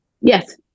yes